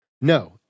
No